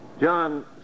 John